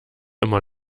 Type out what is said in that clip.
immer